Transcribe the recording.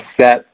set